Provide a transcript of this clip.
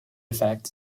effect